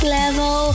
level